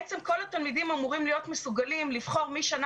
בעצם כל התלמידים אמורים להיות מסוגלים לבחור משנה